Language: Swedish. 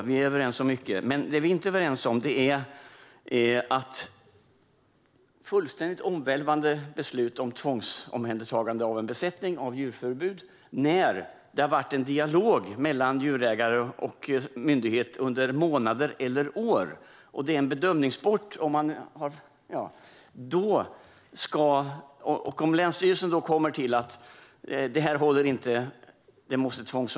Vi är överens om mycket, men det vi inte är överens om är när fullständigt omvälvande beslut om tvångsomhändertagande av en besättning och beslut om djurförbud fattas efter att det har varit en dialog mellan djurägare och myndighet under månader eller år och det blir till en bedömningssport och länsstyrelsen kommer fram till att ett tvångsomhändertagande måste göras.